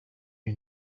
you